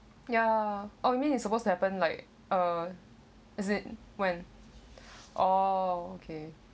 ya oh you mean it's supposed to happen like uh is it when oh okay